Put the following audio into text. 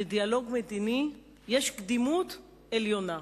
לדיאלוג מדיני יש קדימות עליונה.